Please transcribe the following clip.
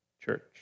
church